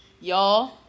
Y'all